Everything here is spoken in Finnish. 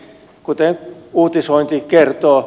kuten uutisointi kertoo